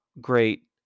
great